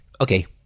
Okay